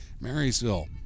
Marysville